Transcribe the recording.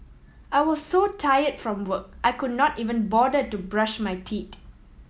I was so tired from work I could not even bother to brush my teeth